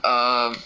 um